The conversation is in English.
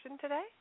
today